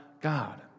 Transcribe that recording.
God